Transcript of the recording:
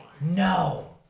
No